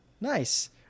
nice